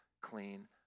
clean